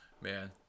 man